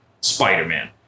spider-man